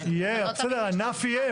בסדר, ענף יהיה.